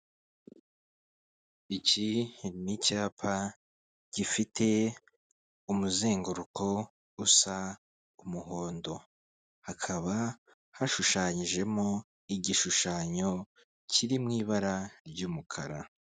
Iki ni icyapa gifite umuzenguruko usa umuhondo, hakaba hashushanyijemo igishushanyo kiri mu ibara ry'umukara.